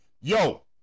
yo